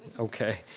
okay.